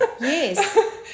Yes